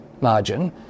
margin